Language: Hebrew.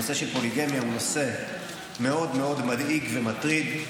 הנושא של פוליגמיה הוא נושא מאוד מאוד מדאיג ומטריד.